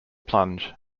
plunge